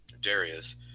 darius